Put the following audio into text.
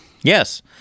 Yes